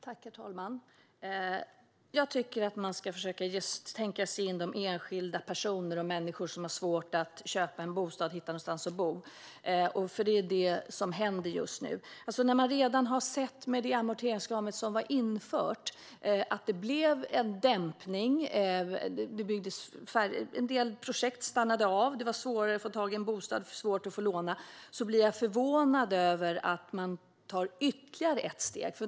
Herr talman! Jag tycker att man ska försöka tänka sig in i hur det är för de enskilda människor som har svårt att köpa en bostad och hitta någonstans att bo, för det är ju så det är nu. I och med att vi med det tidigare amorteringskravet såg att det blev en dämpning, att en del projekt stannade av och att det blev svårare att få tag i en bostad och svårare att få låna förvånar det mig att regeringen tar ytterligare ett steg.